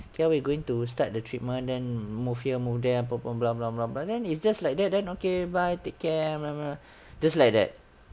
here we're going to start the treatment then move here move there perform blah blah blah blah then it's just like that then okay bye take care remember just like that